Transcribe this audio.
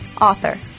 author